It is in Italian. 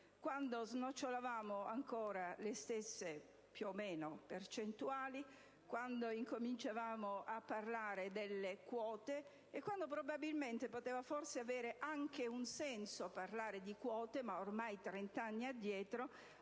quando snocciolavamo ancora più o meno le stesse percentuali, quando incominciavamo a parlare delle quote e quando probabilmente poteva forse avere anche un senso parlare di quote, visto che si tratta di